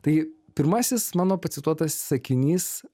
tai pirmasis mano pacituotas sakinys